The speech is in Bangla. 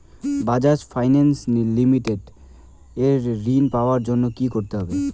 বাজাজ ফিনান্স লিমিটেড এ ঋন পাওয়ার জন্য কি করতে হবে?